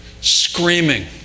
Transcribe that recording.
screaming